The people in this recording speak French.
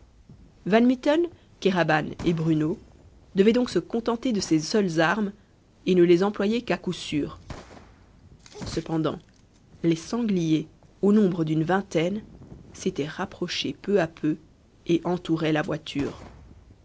van mitten kéraban et bruno devaient donc se contenter de ces seules armes et ne les employer qu'à coup sûr cependant les sangliers au nombre d'une vingtaine s'étaient rapprochés peu à peu et entouraient la voiture